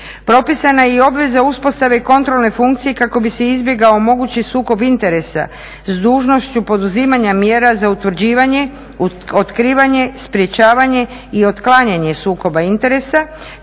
Propisana je i obveze uspostave kontrolne funkcije kako bi se izbjegao mogući sukob interesa s dužnošću poduzimanja mjera za utvrđivanje, otkrivanje, sprječavanje i otklanjanje sukoba interesa